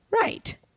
Right